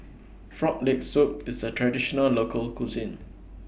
Frog Leg Soup IS A Traditional Local Cuisine